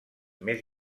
més